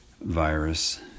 virus